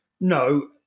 No